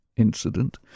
incident